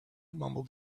mumbled